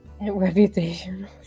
reputation